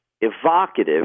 evocative